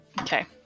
Okay